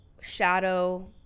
shadow